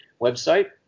website